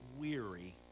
weary